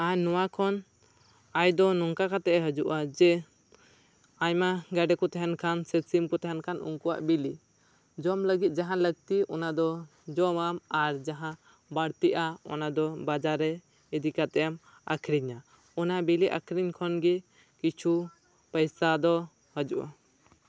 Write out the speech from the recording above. ᱟᱨ ᱱᱚᱣᱟ ᱠᱷᱚᱱ ᱟᱭ ᱫᱚ ᱱᱚᱝᱠᱟ ᱠᱟᱛᱮ ᱦᱤᱡᱩᱜᱼᱟ ᱡᱮ ᱟᱭᱢᱟ ᱜᱮᱰᱮ ᱠᱚ ᱛᱟᱦᱮᱱ ᱠᱷᱟᱱ ᱥᱮ ᱥᱤᱢ ᱠᱚ ᱛᱟᱦᱮᱱ ᱠᱷᱟᱱ ᱩᱱᱠᱩᱭᱟᱜ ᱵᱤᱞᱤ ᱡᱚᱢ ᱞᱟᱹᱜᱤᱫ ᱡᱟᱦᱟᱸ ᱞᱟᱹᱠᱛᱤ ᱚᱱᱟ ᱫᱚ ᱡᱚᱢᱟᱢ ᱟᱨ ᱡᱟᱦᱟᱸ ᱵᱟᱲᱛᱤᱜᱼᱟ ᱚᱱᱟᱫᱚ ᱵᱟᱡᱟᱨ ᱨᱮ ᱤᱫᱤ ᱠᱟᱛᱮᱫ ᱮᱢ ᱟᱠᱷᱟᱨᱤᱧᱟ ᱚᱱᱟ ᱵᱤᱞᱤ ᱟᱠᱷᱟᱨᱤᱧ ᱠᱷᱚᱱ ᱜᱮ ᱠᱤᱪᱷᱩ ᱯᱚᱭᱥᱟ ᱫᱚ ᱦᱟ ᱡᱩᱜᱼᱟ